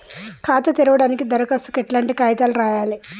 ఖాతా తెరవడానికి దరఖాస్తుకు ఎట్లాంటి కాయితాలు రాయాలే?